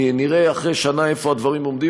נראה אחרי שנה איפה הדברים עומדים,